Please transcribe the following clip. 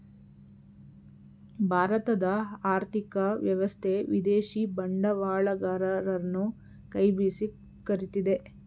ಭಾರತದ ಆರ್ಥಿಕ ವ್ಯವಸ್ಥೆ ವಿದೇಶಿ ಬಂಡವಾಳಗರರನ್ನು ಕೈ ಬೀಸಿ ಕರಿತಿದೆ